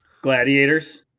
Gladiators